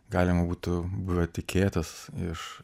galima būtų buvę tikėtis iš